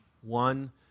one